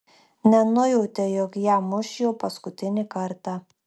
nenujautė jog ją muš jau paskutinį kartą